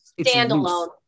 Standalone